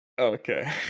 Okay